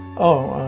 oh,